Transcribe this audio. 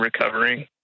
recovering